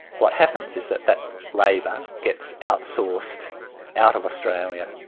what happens is that that labour gets outsourced out of australia,